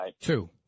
Two